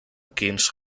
kings